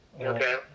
okay